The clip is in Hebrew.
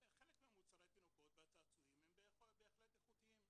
חלק ממוצרי התינוקות והצעצועים הם בהחלט איכותיים,